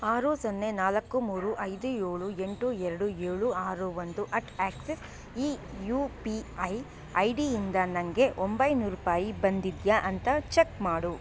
ಆರು ಸೊನ್ನೆ ನಾಲ್ಕು ಮೂರು ಐದು ಏಳು ಎಂಟು ಎರಡು ಏಳು ಆರು ಒಂದು ಅಟ್ ಆಕ್ಸಿಸ್ ಈ ಯು ಪಿ ಐ ಐ ಡಿಯಿಂದ ನನಗೆ ಒಂಬೈನೂರು ರೂಪಾಯಿ ಬಂದಿದೆಯಾ ಅಂತ ಚೆಕ್ ಮಾಡು